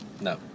No